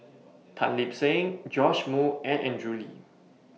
Tan Lip Seng Joash Moo and Andrew Lee